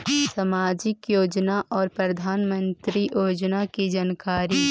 समाजिक योजना और प्रधानमंत्री योजना की जानकारी?